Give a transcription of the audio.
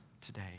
today